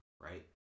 right